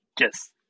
Yes